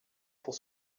pour